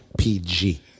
PG